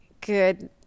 good